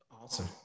Awesome